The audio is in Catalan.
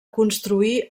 construir